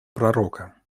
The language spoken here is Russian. пророка